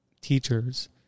teachers